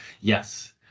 Yes